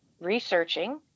researching